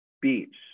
Beach